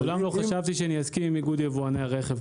מעולם לא חשבתי שאני אסכים עם איגוד יבואני הרכב,